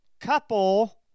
couple